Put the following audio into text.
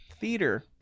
theater